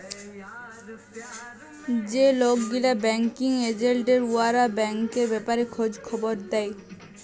যে লক গিলা ব্যাংকিং এজেল্ট উয়ারা ব্যাংকের ব্যাপারে খঁজ খবর দেই